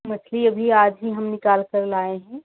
मछली अभी आज ही हम निकालकर लाए हैं